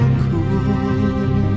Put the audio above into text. cool